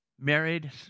married